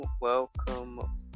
welcome